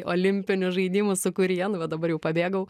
olimpinių žaidimų sukuryje nu bet dabar jau pabėgau